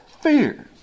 fear